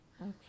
Okay